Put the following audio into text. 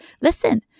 Listen